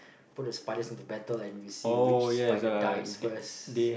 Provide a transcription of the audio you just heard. put the spiders into battle and we see which spider dies first